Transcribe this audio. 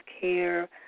care